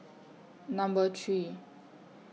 Number three